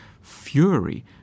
fury